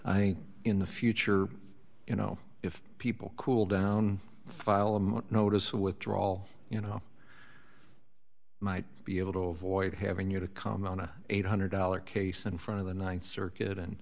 i in the future you know if people cool down file a notice of withdrawal you know might be able to avoid having you to come on a eight hundred dollars case in front of the th circuit and